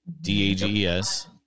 D-A-G-E-S